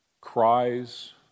cries